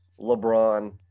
LeBron